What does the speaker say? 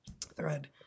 thread